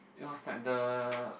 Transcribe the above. it was like the